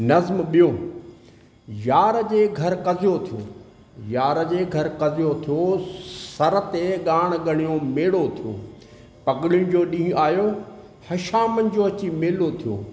नज़्मु ॿियो यार जे घरु कज़ियो थियो यार जे घरु कज़ियो थियो सर ते ॻाणु ॻाणियो मेणो थियो पगड़िन जो ॾींहुं आयो हशामन जो अची मेलो थियो